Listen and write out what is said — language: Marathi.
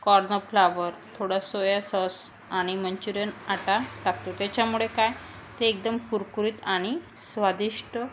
कॉर्न फ्लावर थोडा सोया सॉस आणि मंच्युरियन आटा टाकतो त्याच्यामुळे काय ते एकदम कुरकुरीत आणि स्वादिष्ट